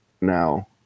now